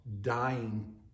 dying